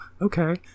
okay